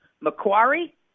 Macquarie